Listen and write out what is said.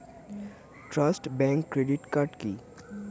Trust bank credit card কি?